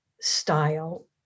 style